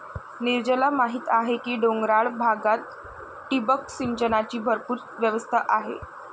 नीरजला माहीत आहे की डोंगराळ भागात ठिबक सिंचनाची भरपूर व्यवस्था आहे